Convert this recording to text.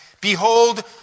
behold